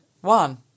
one